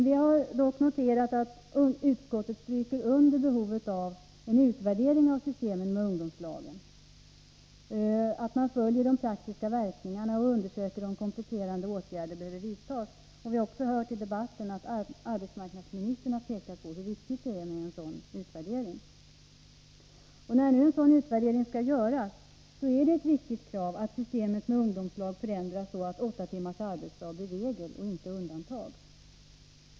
Vi har dock noterat att utskottet stryker under behovet av en utvärdering av systemet med ungdomslagen, att man ämnar följa de praktiska verkningarna och undersöka om kompletterande åtgärder behöver vidtas. Vi har också hört i debatten att arbetsmarknadsministern pekat på hur viktigt det är med en sådan utvärdering. När nu en sådan utvärdering skall göras är det ett viktigt krav att systemet med ungdomslag förändras, så att åtta timmars arbetsdag blir regel och inte undantag.